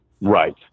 Right